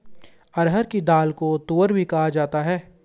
अरहर की दाल को तूअर भी कहा जाता है